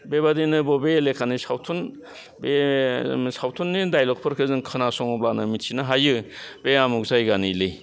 बेबादिनो बबे एलेकानि सावथुन बे सावथुननि दाइलगफोरखौ जों खोनासङोब्लानो मिथिनो हायो बे आमुग जायगानिलै